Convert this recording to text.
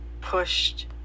pushed